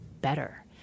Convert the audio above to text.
better